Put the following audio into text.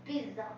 pizza